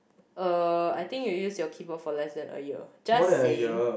uh I think you use your keyboard for less than a year just saying